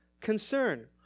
concern